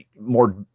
more